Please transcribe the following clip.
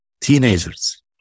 teenagers